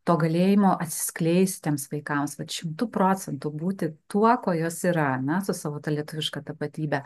to galėjimo atsiskleist tiems vaikams kad šimtu procentų būti tuo ko jos yra na su savo lietuviška tapatybe